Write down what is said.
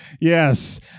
Yes